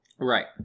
Right